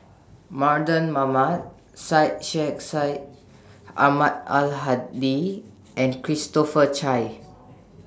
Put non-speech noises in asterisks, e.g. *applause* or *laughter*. Mardan Mamat Syed Sheikh Syed Ahmad Ai Hadi and Christopher Chia *noise*